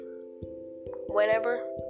whenever